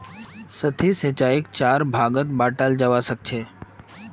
सतही सिंचाईक चार भागत बंटाल जाबा सखछेक